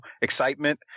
excitement